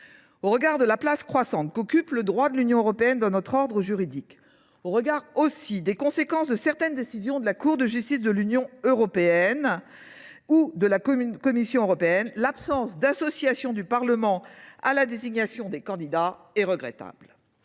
Au regard de la place croissante qu’occupe le droit de l’Union européenne dans notre ordre juridique, au regard aussi des conséquences qu’emportent certaines décisions de la Cour de justice de l’Union européenne ou de la Commission européenne, l’absence d’association du Parlement à la désignation des candidats est regrettable.